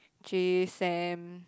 Jay Sam